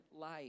life